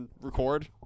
record